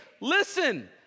Listen